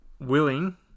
willing